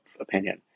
opinion